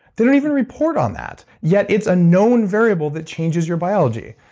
they don't even report on that. yet, it's a known variable that changes your biology.